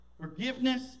Forgiveness